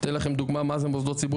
אני אתן לכם דוגמה מה זה מוסדות ציבור